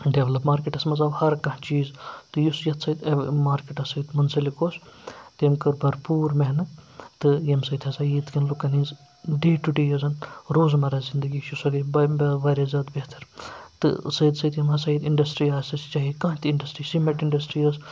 develop markets منٛز آو ہَرٕ کانٛہہ چیٖز تہٕ یُس یَتھ سۭتۍ مارکٮ۪ٹَس سۭتۍ مُنسَلِک اوس تٔمۍ کٔر بھرپوٗر محنت تہٕ ییٚمہِ سۭتۍ ہَسا ییٚتہِ کٮ۪ن لُکَن ہٕنٛز ڈے ٹُہ ڈے یُس زَن روزمَرہ زِندگی چھِ سۄ گٔے واریاہ زیادٕ بہتَر تہٕ سۭتۍ سۭتۍ یِم ہَسا ییٚتہِ اِنٛڈَسٹِرٛی آسہٕ سُہ چاہے کانٛہہ تہِ اِنٛڈَسٹِرٛی سیٖمٮ۪نٛٹ اِنٛڈَسٹِرٛی ٲس